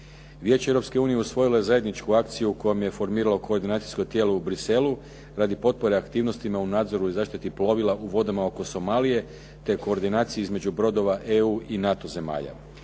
Vijeće Europske unije usvojilo je zajedničku akciju kojom je formiralo koordinacijsko tijelo u Bruxellesu radi potpore aktivnostima u nadzoru i zaštiti plovila u vodama oko Somalije te koordinaciji između brodova i NATO zemalja.